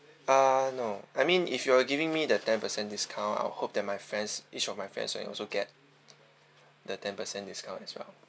uh no I mean if you are giving me the ten percent discount I'll hope that my friends each of my friends will also get the ten percent discount as well